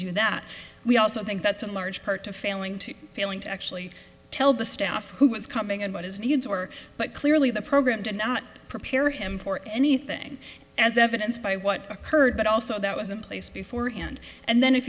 do that we also think that's in large part to failing to failing to actually tell the staff who was coming and what his needs or but clearly the program to not prepare him for anything as evidenced by what occurred but also that was in place beforehand and then if